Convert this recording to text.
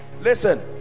Listen